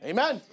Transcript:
Amen